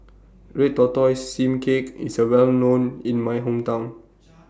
Red Tortoise Steamed Cake IS Well known in My Hometown